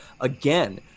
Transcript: again